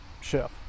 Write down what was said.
chef